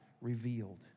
revealed